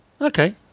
Okay